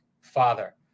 father